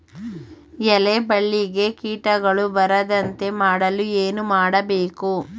ಎಲೆ ಬಳ್ಳಿಗೆ ಕೀಟಗಳು ಬರದಂತೆ ಮಾಡಲು ಏನು ಮಾಡಬೇಕು?